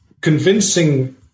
convincing